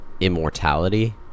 immortality